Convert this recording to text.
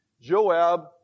Joab